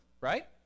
right